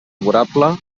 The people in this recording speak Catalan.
democràcia